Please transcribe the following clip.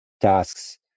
tasks